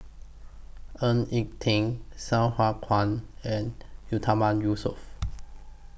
Ng Eng Teng Sai Hua Kuan and Yatiman Yusof